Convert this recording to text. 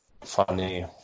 funny